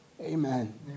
Amen